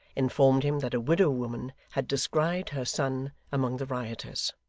informed him that a widow woman had descried her son among the rioters.